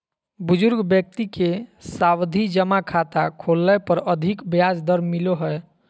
बुजुर्ग व्यक्ति के सावधि जमा खाता खोलय पर अधिक ब्याज दर मिलो हय